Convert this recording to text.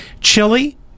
Chili